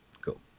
Cool